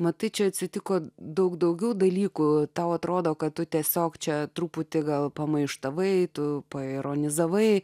matai čia atsitiko daug daugiau dalykų tau atrodo kad tu tiesiog čia truputį gal pa maištavai tu ironizavai